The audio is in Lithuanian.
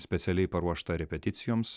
specialiai paruošta repeticijoms